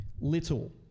Little